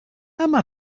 emma